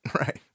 right